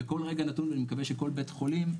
בכל רגע נתון ואני מקווה שכל בית חולים,